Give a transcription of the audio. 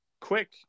quick